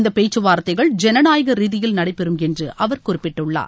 இந்தப் பேச்சுவார்த்தைகள் ஜனநாயக ரீதியில் நடைபெறும் என்று அவர் குறிப்பிட்டுள்ளார்